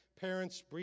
Parents